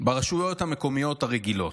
ברשויות המקומיות הרגילות.